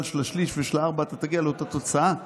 של השליש ושל הארבעה ואתה תגיע לאותה תוצאה,